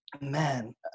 Man